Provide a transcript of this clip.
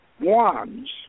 wands